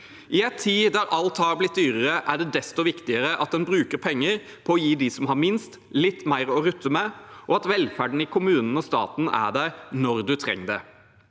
I en tid der alt har blitt dyrere, er det desto viktigere at en bruker penger på å gi dem som har minst, litt mer å rutte med, og at velferden i kommunen og staten er der når du trenger det.